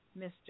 Mr